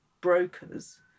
brokers